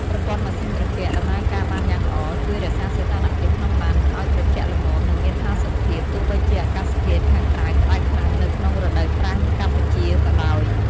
ប្រព័ន្ធម៉ាស៊ីនត្រជាក់ ដំណើរការបានយ៉ាងល្អ ជួយរក្សាសីតុណ្ហភាពក្នុងឡានឲ្យត្រជាក់ល្មម និងមានផាសុកភាព ទោះបីជាអាកាសធាតុខាងក្រៅក្តៅខ្លាំងនៅក្នុងរដូវប្រាំងកម្ពុជាក៏ដោយ។